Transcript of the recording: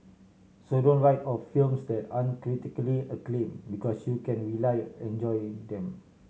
so don't write off films that aren't critically acclaimed because you can rely enjoying them